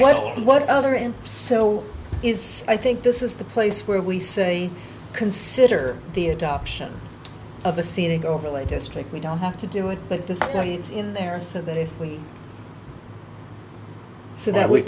little what other and so it's i think this is the place where we say consider the adoption of a scenic overlay district we don't have to do it but this is going in there so that if we see that we